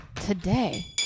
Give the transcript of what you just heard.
Today